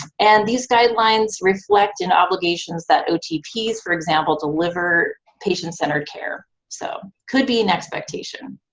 and these guidelines reflect an obligation that otps, for example, deliver patient-centered care so could be an expectation.